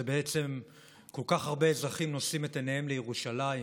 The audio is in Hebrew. כל כך הרבה אזרחים נושאים את עיניהם לירושלים,